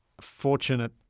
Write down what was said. fortunate